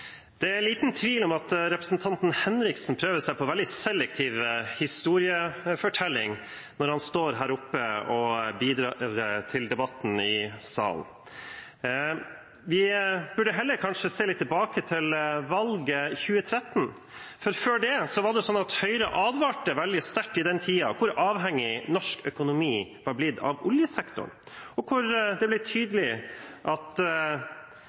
Henriksen prøver seg på en veldig selektiv historiefortelling når han står her oppe og bidrar til debatten i salen. Vi burde heller se litt tilbake på valget i 2013. Høyre advarte veldig sterkt i den tiden hvor avhengig norsk økonomi var blitt av oljesektoren, og det ble tydelig at